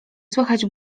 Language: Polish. słychać